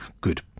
good